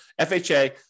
FHA